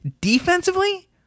Defensively